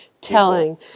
telling